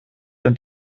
und